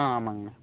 ஆ ஆமாங்கண்ணா